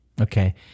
Okay